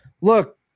Look